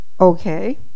Okay